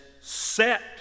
set